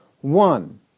one